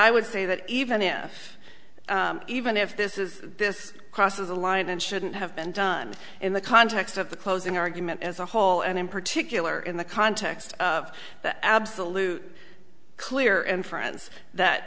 i would say that even if even if this is this crosses a line and shouldn't have been done in the context of the closing argument as a whole and in particular in the context of the absolute clear inference that